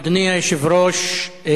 אדוני היושב-ראש,